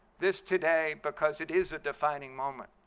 this today, because it is a defining moment.